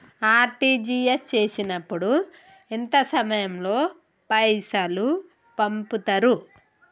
RTGS చేసినప్పుడు ఎంత సమయం లో పైసలు పంపుతరు?